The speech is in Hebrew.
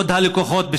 "כבוד הלקוחות",